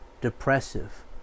depressive